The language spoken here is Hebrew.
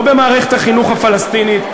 לא במערכת החינוך הפלסטינית,